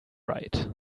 right